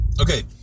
Okay